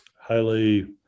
highly